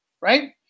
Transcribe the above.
right